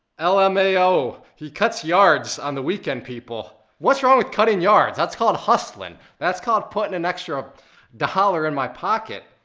l m a o, he cuts yards on the weekend, people. what's wrong with cutting yards? that's called hustling. that's called putting an extra dollar in my pocket.